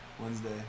Wednesday